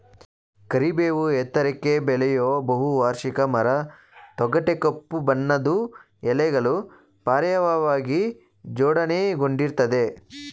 ಕರಿಬೇವು ಎತ್ತರಕ್ಕೆ ಬೆಳೆಯೋ ಬಹುವಾರ್ಷಿಕ ಮರ ತೊಗಟೆ ಕಪ್ಪು ಬಣ್ಣದ್ದು ಎಲೆಗಳು ಪರ್ಯಾಯವಾಗಿ ಜೋಡಣೆಗೊಂಡಿರ್ತದೆ